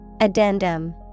Addendum